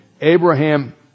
Abraham